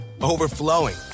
overflowing